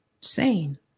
sane